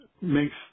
makes